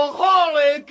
holy